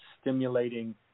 stimulating